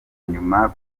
nyuma